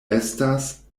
estas